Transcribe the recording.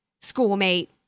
schoolmate